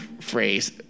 phrase